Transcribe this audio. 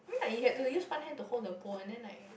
I mean like you had to use one hand to hold the bowl and then like